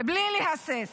בלי להסס,